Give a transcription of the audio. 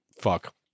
fuck